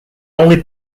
only